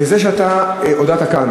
וזה שאתה הודעת כאן,